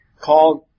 called